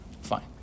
Fine